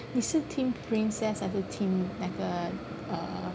你是 team princess 还是 team 那个 err err